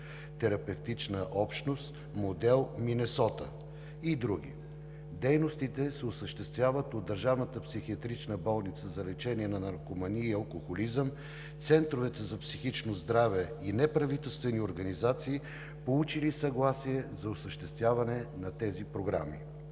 терапевтична общност, модел „Минесота“ и други. Дейностите се осъществяват от Държавната психиатрична болница за лечение на наркомании и алкохолизъм, центровете за психично здраве и неправителствени организации, получили съгласие за осъществяване на тези програми.